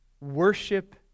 worship